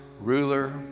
ruler